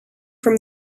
from